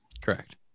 Correct